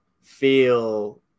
feel